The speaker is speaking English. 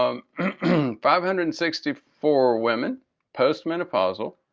um five hundred and sixty four women postmenopausal.